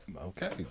Okay